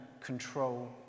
control